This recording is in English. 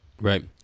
Right